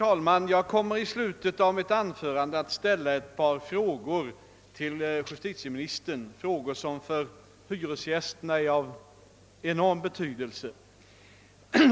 Herr talman! I slutet av mitt anförande kommer jag att ställa ett par frågor till justitieministern, frågor som för hyresgästerna är av enorm betydelse.